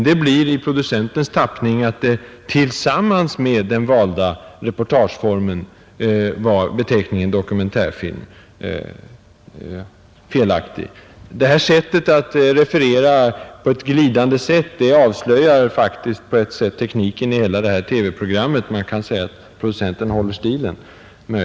Det blir i producentens tappning att ”tillsammans med den valda reportageformen” var beteckningen dokumentärfilm felaktig. Det här sättet att referera på ett glidande sätt är faktiskt betecknande för tekniken i hela detta TV-program. Man kan säga att producenten håller stilen.